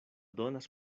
donas